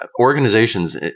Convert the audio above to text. organizations